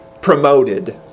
promoted